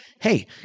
Hey